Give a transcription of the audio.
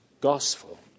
gospel